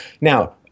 Now